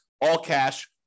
all-cash